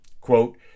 quote